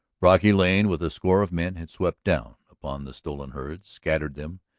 brocky lane with a score of men had swept down upon the stolen herds, scattered them,